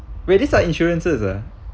wait this are insurances ah